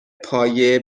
پایه